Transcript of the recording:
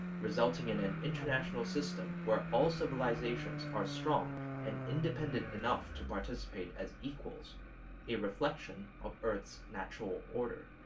resulting in an international system where all civilizations are strong and independent enough to participate as equals a reflection of earth's natural order.